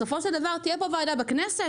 בסופו של דבר תהיה פה ועדה בכנסת,